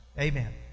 Amen